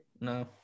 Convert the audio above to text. No